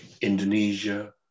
Indonesia